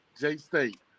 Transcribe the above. J-State